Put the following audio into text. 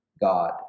God